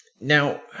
Now